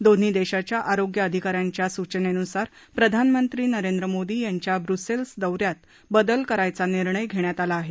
दोन्ही देशाच्या आरोग्य अधिकाऱ्यांच्या सूचनेनुसार प्रधानमंत्री नरेंद्र मोदी यांच्या ब्रुसेल्स दौऱ्यात बदल करायाचा निर्णय घेण्यात आला आहे